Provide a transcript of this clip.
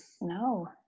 No